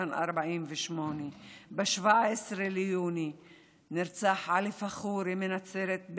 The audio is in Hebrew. בן 48. ב-17 ביוני נרצח עלי פאחורי מנצרת,